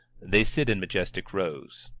they sit in majestic rows.